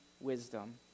wisdom